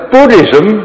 Buddhism